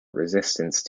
resistance